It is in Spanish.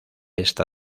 esta